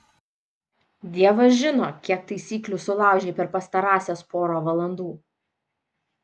dievas žino kiek taisyklių sulaužei per pastarąsias porą valandų